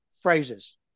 phrases